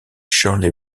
shirley